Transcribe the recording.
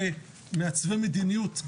כמעצבי מדיניות,